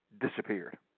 disappeared